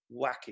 wacky